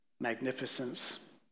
magnificence